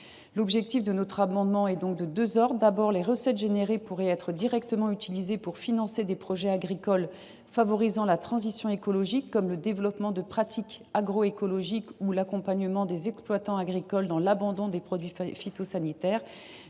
Les recettes générées par le dispositif que nous proposons pourraient être directement utilisées pour financer des projets agricoles favorisant la transition écologique, comme le développement de pratiques agroécologiques ou l’accompagnement des exploitants agricoles dans l’abandon des produits phytosanitaires.